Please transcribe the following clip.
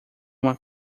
uma